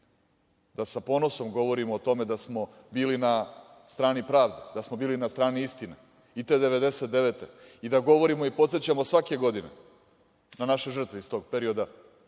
da sa ponosom govorimo o tome da smo bili na strani pravde, da smo bili na strani istine i te 1999. godine i da govorimo i da podsećamo svake godine na naše žrtve iz tog perioda,